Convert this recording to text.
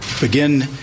begin